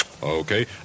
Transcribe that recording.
Okay